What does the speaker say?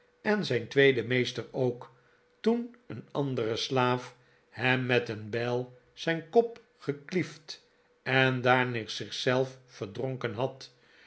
en zijn tweede meester ook toen een andere slaaf hem met een bijl zijn kop gekliefd en daarna zich zelf verdronken had